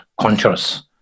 conscious